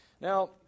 Now